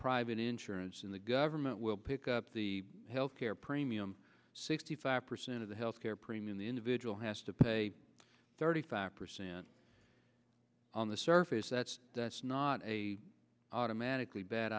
private insurance and the government will pick up the health care premium sixty five percent of the health care premium the individual has to pay thirty five percent on the surface that's that's not a automatically bad